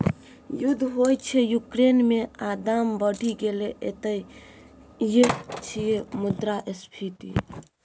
युद्ध होइ छै युक्रेन मे आ दाम बढ़ि गेलै एतय यैह छियै मुद्रास्फीति